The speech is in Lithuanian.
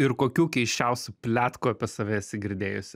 ir kokių keisčiausių pletkų apie save esi girdėjusi